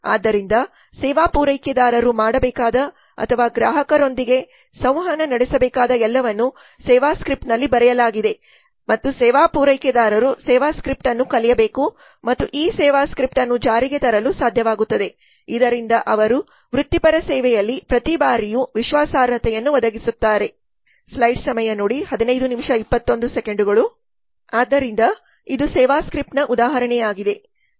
ಆದ್ದರಿಂದ ಸೇವಾ ಪೂರೈಕೆದಾರರು ಮಾಡಬೇಕಾದ ಅಥವಾ ಗ್ರಾಹಕರೊಂದಿಗೆ ಸಂವಹನ ನಡೆಸಬೇಕಾದ ಎಲ್ಲವನ್ನೂ ಸೇವಾ ಸ್ಕ್ರಿಪ್ಟ್ನಲ್ಲಿ ಬರೆಯಲಾಗಿದೆ ಮತ್ತು ಸೇವಾ ಪೂರೈಕೆದಾರರು ಸೇವಾ ಸ್ಕ್ರಿಪ್ಟ್ ಅನ್ನು ಕಲಿಯಬೇಕು ಮತ್ತು ಈ ಸೇವಾ ಸ್ಕ್ರಿಪ್ಟ್ ಅನ್ನು ಜಾರಿಗೆ ತರಲು ಸಾಧ್ಯವಾಗುತ್ತದೆ ಇದರಿಂದ ಅವರು ವೃತ್ತಿಪರ ಸೇವೆಯಲ್ಲಿ ಪ್ರತಿ ಬಾರಿಯು ವಿಶ್ವಾಸಾರ್ಹತೆಯನ್ನು ಒದಗಿಸುತ್ತಾರೆ ಆದ್ದರಿಂದ ಇದು ಸೇವಾ ಸ್ಕ್ರಿಪ್ಟ್ನ ಉದಾಹರಣೆಯಾಗಿದೆ